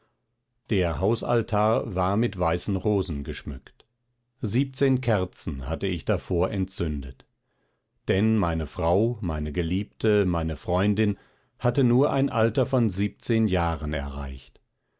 der hausaltar war mit weißen rosen geschmückt siebzehn kerzen hatte ich davor entzündet denn meine frau meine geliebte meine freundin hatte nur ein alter von siebzehn jahren erreicht